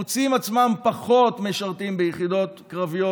מוצאים עצמם פחות משרתים ביחידות קרביות,